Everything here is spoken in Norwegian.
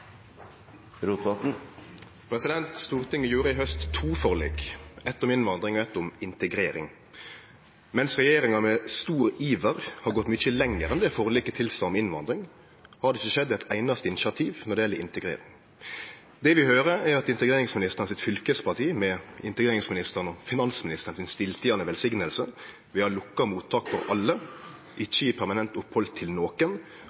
Stortinget gjorde i haust to forlik, eitt om innvandring og eitt om integrering. Mens regjeringa med stor iver har gått mykje lenger enn det forliket tilsa når det gjeld innvandring, har det ikkje skjedd eit einaste initiativ når det gjeld integrering. Det vi høyrer, er at fylkespartiet til integreringsministeren – med stillteiande velsigning frå integreringsministeren og finansministeren – vil ha lukka mottak for alle, ikkje vil gje permanent opphald til nokon